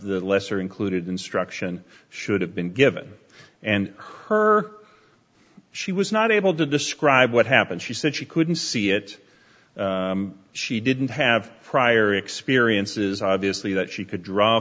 the lesser included instruction should have been given and her she was not able to describe what happened she said she couldn't see it she didn't have prior experiences obviously that she could draw